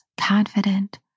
confident